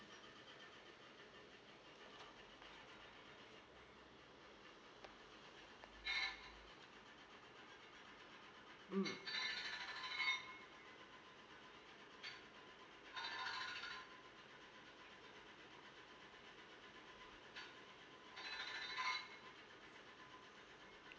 mm